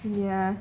ya